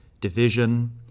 division